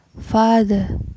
Father